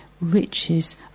riches